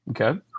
Okay